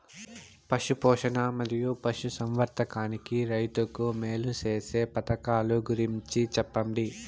పశు పోషణ మరియు పశు సంవర్థకానికి రైతుకు మేలు సేసే పథకాలు గురించి చెప్పండి?